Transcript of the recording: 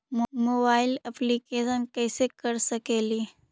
Mobile application कैसे कर सकेली?